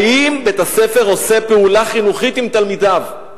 האם בית-הספר עושה פעולה חינוכית עם תלמידיו,